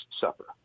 Supper